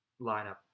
lineup